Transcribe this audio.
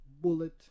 bullet